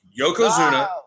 Yokozuna